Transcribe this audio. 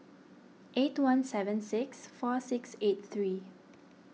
eight one seven six four six eight three